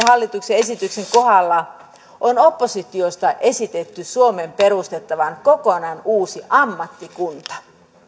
hallituksen esityksen kohdalla on oppositiosta esitetty suomeen perustettavan kokonaan uusi ammattikunta